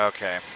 Okay